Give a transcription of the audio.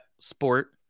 sport